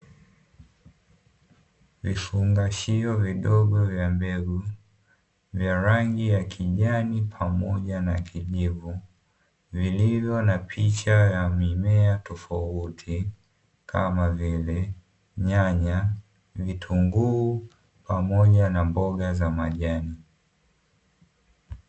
Vifungashio vidogo vya mbegu vya rangi ya kijani pamoja na kijivu vilivyo na picha ya mimea tofauti kama vile nyanya, vitunguu pamoja na mboga za majani.